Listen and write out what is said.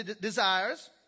desires